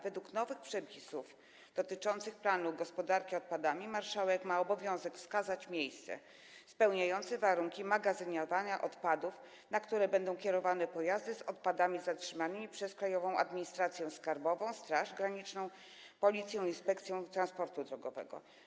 Według nowych przepisów dotyczących planu gospodarki odpadami marszałek ma obowiązek wskazać miejsce spełniające warunki magazynowania odpadów, gdzie będą kierowane pojazdy z odpadami zatrzymanymi przez Krajową Administrację Skarbową, Straż Graniczną, policję, Inspekcję Transportu Drogowego.